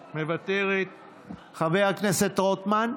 מוותרת, חבר הכנסת רוטמן,